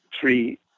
three